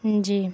جی